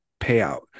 payout